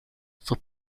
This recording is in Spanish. sus